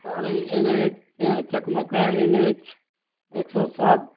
ارے N H چکمکا N H ایک سو سات